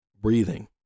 breathing